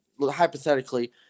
hypothetically